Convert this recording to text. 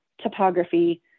topography